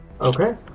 Okay